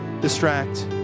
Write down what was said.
distract